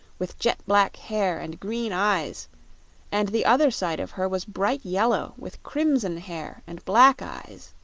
with jet-black hair and green eyes and the other side of her was bright yellow, with crimson hair and black eyes.